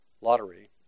lottery